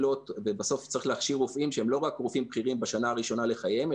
ובסוף צריך להכשיר רופאים שהם לא רק רופאים בכירים בשנה הראשונה לחייהם,